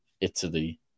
Italy